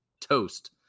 toast